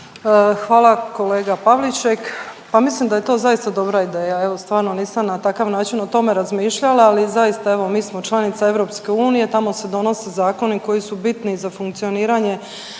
Hvala. Kolega Pavliček, pa mislim da je to zaista dobra ideja, evo stvarno nisam na takav način o tome razmišljala, ali zaista evo mi smo članica EU tamo se donose zakoni koji su bitni za funkcioniranje